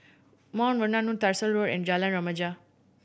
Mount Vernon Road Tyersall Road and Jalan Remaja